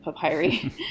papyri